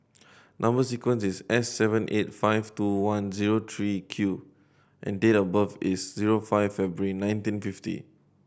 number sequence is S seven eight five two one zero three Q and date of birth is zero five February nineteen fifty